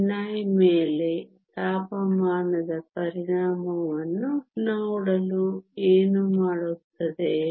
ni ಮೇಲೆ ತಾಪಮಾನದ ಪರಿಣಾಮವನ್ನು ನೋಡಲು ಏನು ಮಾಡುತ್ತದೆ